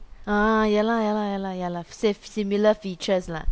ah ya lah ya lah ya lah ya lah save similar features lah